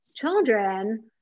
children